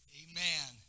amen